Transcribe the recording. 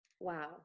Wow